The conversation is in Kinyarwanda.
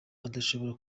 adashobora